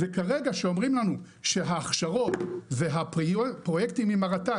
וכרגע כשאומרים לנו שההכשרות והפרויקטים עם רשות הטבע